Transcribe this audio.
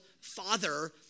Father